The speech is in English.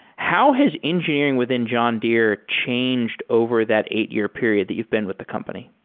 how has engineering within john deere changed over that eight year period that you've been with the company?